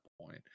point